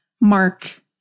Mark